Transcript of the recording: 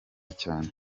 cyane